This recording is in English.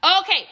okay